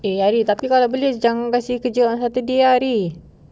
eh arif tapi kalau boleh jangan kasi kerja on saturday arif